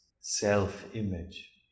self-image